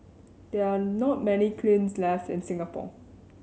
there are not many kilns left in Singapore